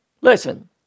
Listen